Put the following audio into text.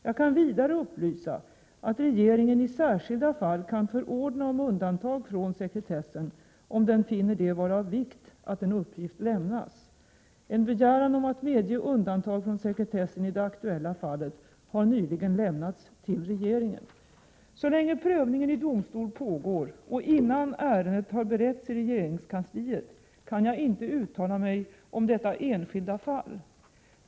Jag kan vidare upplysa att regeringen i särskilda fall kan förordna om undantag från sekretessen, om den finner det vara av vikt att en uppgift lämnas. En begäran om att medge undantag från sekretessen i det aktuella fallet har nyligen lämnats till regeringen. Så länge prövning i domstol pågår och innan ärendet har beretts i regeringskansliet kan jag inte uttala mig om detta enskilda fall.